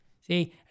See